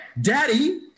Daddy